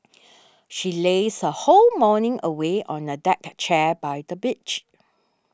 she lazed her whole morning away on a deck chair by the beach